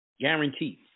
Guaranteed